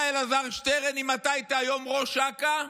אתה, אלעזר שטרן, אם אתה היית היום ראש אכ"א,